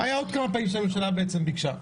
והיו עוד כמה פעמים שהממשלה בעצם ביקשה.